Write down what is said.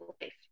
life